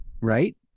right